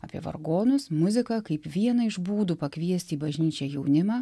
apie vargonus muziką kaip vieną iš būdų pakviesti į bažnyčią jaunimą